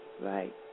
Right